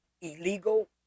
illegal